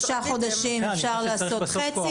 שישה חודשים אפשר לעשות חצי.